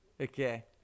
Okay